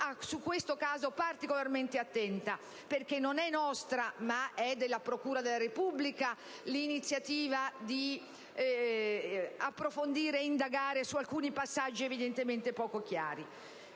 su questo caso particolarmente attenti; non è infatti nostra, ma della procura della Repubblica l'iniziativa di approfondire e indagare su alcuni passaggi evidentemente poco chiari.